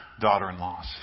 daughter-in-laws